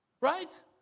Right